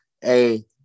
Hey